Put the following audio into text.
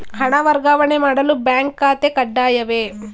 ಹಣ ವರ್ಗಾವಣೆ ಮಾಡಲು ಬ್ಯಾಂಕ್ ಖಾತೆ ಕಡ್ಡಾಯವೇ?